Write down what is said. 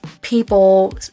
people